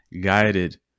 guided